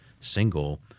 single